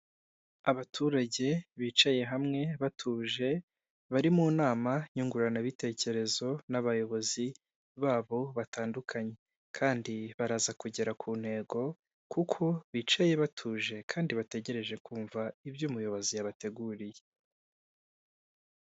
Abaturage bicaye hamwe batuje, bari mu nama nyunguranabitekerezo n'abayobozi babo batandukanye, kandi baraza kugera ku ntego, kuko bicaye batuje kandi bategereje kumva ibyo umuyobozi yabateguriye.